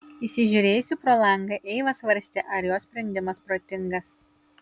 įsižiūrėjusi pro langą eiva svarstė ar jos sprendimas protingas